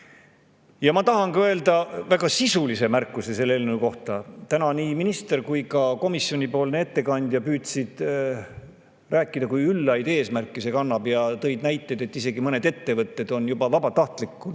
edasi. Ma tahan öelda väga sisulisi märkusi selle eelnõu kohta. Täna nii minister kui ka komisjoni ettekandja püüdsid rääkida, kui üllaid eesmärke see kannab, ja tõid näiteid, et mõned ettevõtted on juba vabatahtlikult